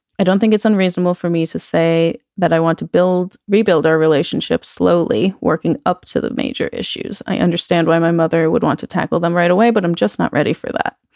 i don't think it's unreasonable for me to say that i want to build, rebuild our relationship slowly working up to the major issues. i understand why my mother would want to tackle them right away, but i'm just not ready for that.